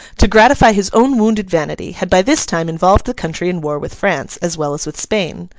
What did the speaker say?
to gratify his own wounded vanity, had by this time involved the country in war with france, as well as with spain.